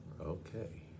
Okay